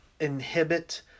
inhibit